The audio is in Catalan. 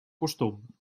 costum